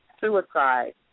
suicide